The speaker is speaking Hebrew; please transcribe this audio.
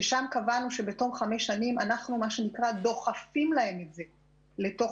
שם קבענו שבתום 5 שנים אנחנו דוחפים להם את זה לתוך